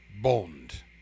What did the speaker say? bond